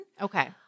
Okay